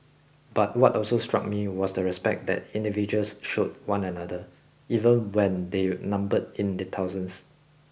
but what also struck me was the respect that individuals showed one another even when they numbered in the thousands